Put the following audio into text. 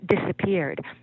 disappeared